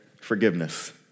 forgiveness